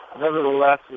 nevertheless